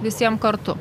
visiem kartu